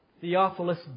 Theophilus